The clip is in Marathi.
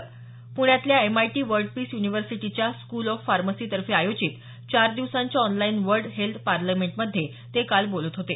प्ण्यातल्या एमआयटी वर्ल्ड पीस युनिव्हर्सिटीच्या स्कूल ऑफ फार्मसीतर्फे आयोजित चार दिवसांच्या ऑनलाईन वर्ल्ड हेल्थ पार्लमेंटमध्ये ते काल बोलत होते